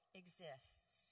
exists